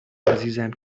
عزیزم